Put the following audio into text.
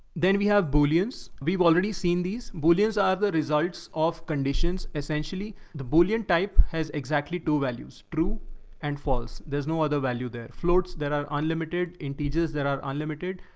then we have booleans, we've already seen these bullions are the results of conditions essentially. the boolean type has exactly two values true and false. there's no other value there floats that are unlimited in teachers that are unlimited,